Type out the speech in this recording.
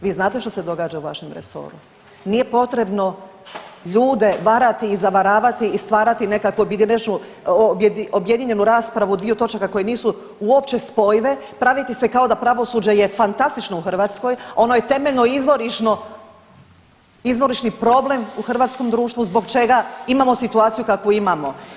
Vi znate što se događa u vašem resoru, nije potrebno ljude varati i zavarati i stvarati nekakvu ... objedinjenu raspravu dviju točaka koje nisu uopće spojive, praviti se kao da pravosuđe je fantastično u Hrvatskoj, a ono je temeljno izvorišni problem u hrvatskom društvu zbog čega imamo situaciju kakvu imamo.